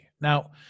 Now